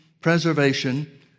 preservation